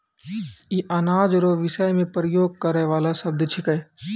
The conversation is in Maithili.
ई अनाज रो विषय मे प्रयोग करै वाला शब्द छिकै